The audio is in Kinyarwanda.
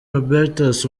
roberts